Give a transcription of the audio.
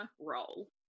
role